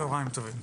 צוהריים טובים.